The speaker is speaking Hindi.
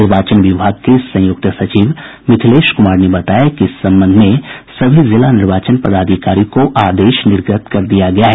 निर्वाचन विभाग के संयुक्त सचिव मिथिलेश कुमार ने बताया कि इस संबंध में सभी जिला निर्वाचन पदाधिकारी को आदेश निर्गत कर दिया गया है